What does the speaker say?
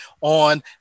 on